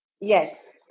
Yes